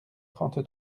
trente